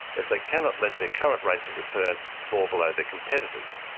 as they cannot let their current rates of return fall below their competitors.